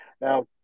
Now